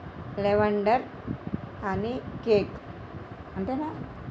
lavender honey cake అంతేనా